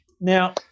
Now